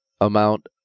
amount